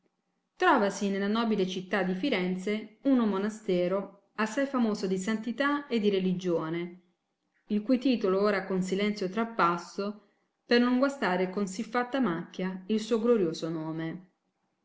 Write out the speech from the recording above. castigo trovasi nella nobile città di firenze uno monastero assai famoso di santità e di religione il cui titolo ora con silenzio trappasso per non guastare con sì fatta macchia il suo glorioso nome